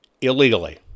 illegally